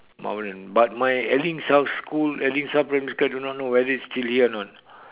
mount vernon but my Elling South school Elling South primary school I do not know whether it's still here or not